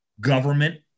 government